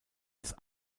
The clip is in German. des